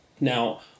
Now